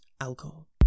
alcohol